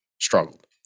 struggled